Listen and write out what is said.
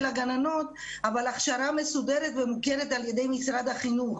הגננות אבל הכשרה מסודרת ומוכרת על ידי משרד החינוך.